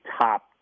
top